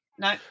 No